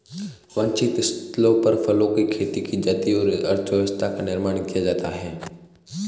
वांछित स्थलों पर फलों की खेती की जाती है और अर्थव्यवस्था का निर्माण किया जाता है